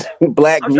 black